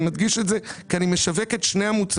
אני מדגיש את זה כי אני משווק את שני המוצרים.